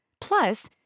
Plus